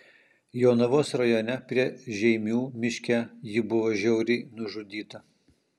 jonavos rajone prie žeimių miške ji buvo žiauriai nužudyta